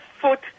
foot